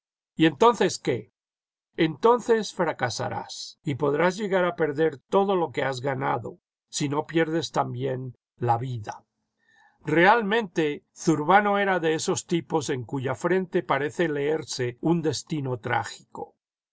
y entonces qué entonces fracasarás y podrás llegar a perder todo lo que has ganado si no pierdes también la vida realmente zurbano era de esos tipos en cuya frente parece leerse un destino trágico